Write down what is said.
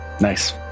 Nice